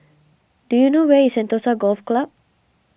do you know where is Sentosa Golf Club